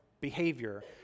behavior